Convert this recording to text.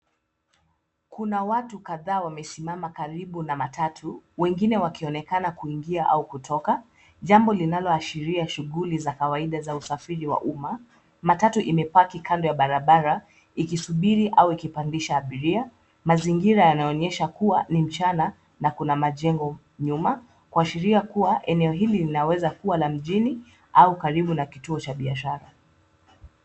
Kuna watu kadhaa wamesimama karibu na matatu, wengine wakionekana kuingia au kutoka, jambo linalo ashiria shughuli za kawaida za usafiri wa umma. Matatu imepaki kando ya barabara, ikisubiri au ikipandisha abiria. Mazingira yanaonyesha kuwa ni mchana na kuna majengo nyuma, kuashiria kuwa eneo hili linaweza kuwa la mjini au karibu na kituo cha biashara.